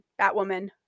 Batwoman